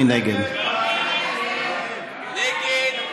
מי נגד?